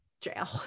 jail